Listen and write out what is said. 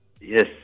Yes